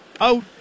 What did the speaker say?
out